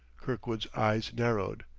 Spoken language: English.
kirkwood's eyes narrowed.